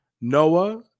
Noah